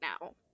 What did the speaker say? now